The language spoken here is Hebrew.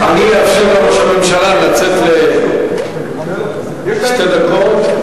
אני אאפשר לראש הממשלה לצאת לשתי דקות.